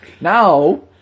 Now